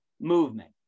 movement